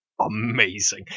amazing